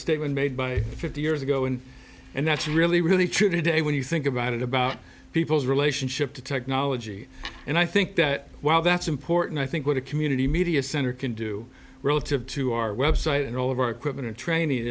statement made by fifty years ago and and that's really really true today when you think about it about people's relationship to technology and i think that while that's a important i think what the community media center can do relative to our web site and all of our equipment and training